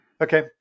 Okay